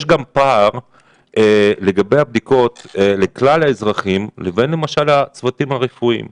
יש גם פער בין הבדיקות לכלל האזרחים לבין הצוותים הרפואיים.